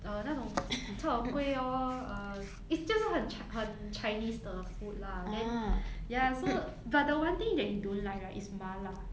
err 那种 cai tao kueh orh uh it's 就是很很 chinese 的 food lah then ya so but the one thing that he don't like right is 麻辣